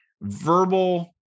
verbal